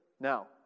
Now